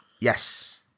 Yes